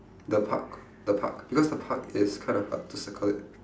the park the park because the park is kinda hard to circle it